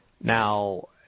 Now